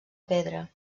pedra